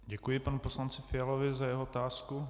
Děkuji panu poslanci Fialovi za jeho otázku.